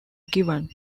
given